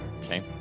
Okay